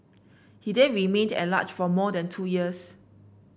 he then remained at large for more than two years